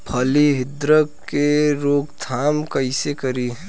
फली छिद्रक के रोकथाम कईसे करी?